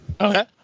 Okay